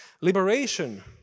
liberation